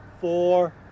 Four